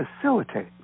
facilitate